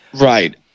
right